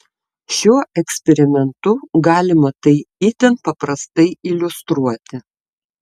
šiuo eksperimentu galima tai itin paprastai iliustruoti